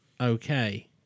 okay